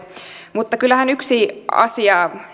mutta kyllähän yksi asia